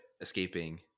escaping